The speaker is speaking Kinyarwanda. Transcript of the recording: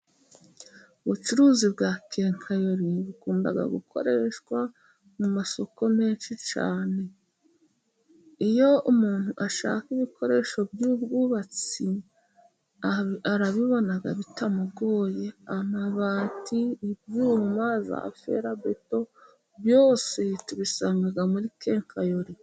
Ubucuruzi bwa kekayori bukunda gukoreshwa mu masoko menshi cyane, iyo umuntu ashaka ibikoresho by'ubwubatsi arabibona bitamugoye amabati, ibyuma, za ferabeto, byose tubisanga muri kekayori.